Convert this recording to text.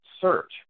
search